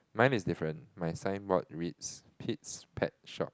mine is different my signboard reads Pete's pet shop